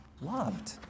loved